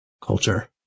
culture